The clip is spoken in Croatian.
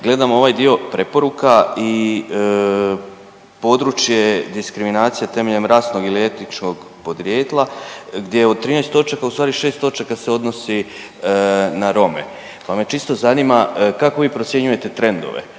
gledam ovaj dio preporuka i područje diskriminacije temeljem rasnog ili etičnog podrijetla gdje od 13 točaka ustvari 6 točaka se odnosi na Rome, pa me čisto zanima kako vi procjenjujete trendove